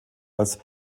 als